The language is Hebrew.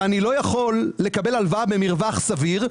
ואני לא יכול לקבל הלוואה במרווח סביר.